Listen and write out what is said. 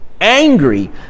angry